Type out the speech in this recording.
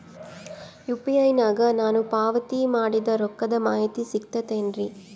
UPI ನಾಗ ನಾನು ಪಾವತಿ ಮಾಡಿದ ರೊಕ್ಕದ ಮಾಹಿತಿ ಸಿಗುತೈತೇನ್ರಿ?